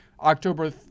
October